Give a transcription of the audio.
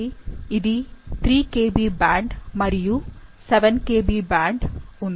కాబట్టి ఇది 3 Kb band మరియు 7 kb బ్యాండ్ ఉంది